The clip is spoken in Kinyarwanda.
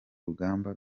rugamba